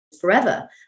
forever